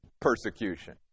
persecution